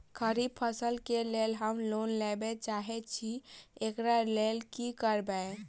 खरीफ फसल केँ लेल हम लोन लैके चाहै छी एकरा लेल की करबै?